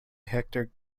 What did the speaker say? hector